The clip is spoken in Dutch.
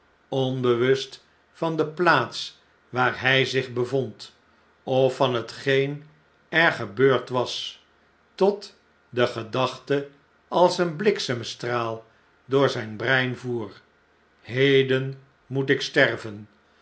onbewust van de plaats waar hjj zich bevond of van hetgeen er gebeurd was tot de gedachte als een bliksemstraal door z jn brein voer heden moet ik sterven